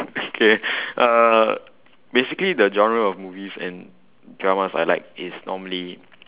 okay uh basically the general of movies and dramas I like is normally